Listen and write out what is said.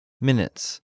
minutes